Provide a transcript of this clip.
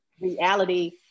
reality